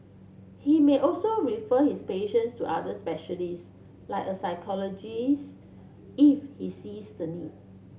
he may also refer his patients to other specialists like a psychologists if he sees the need